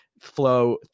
flow